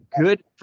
Good